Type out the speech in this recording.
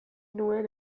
nuen